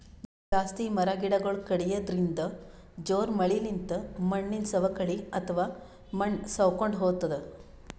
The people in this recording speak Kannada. ಜಾಸ್ತಿ ಮರ ಗಿಡಗೊಳ್ ಕಡ್ಯದ್ರಿನ್ದ, ಜೋರ್ ಮಳಿಲಿಂತ್ ಮಣ್ಣಿನ್ ಸವಕಳಿ ಅಥವಾ ಮಣ್ಣ್ ಸವಕೊಂಡ್ ಹೊತದ್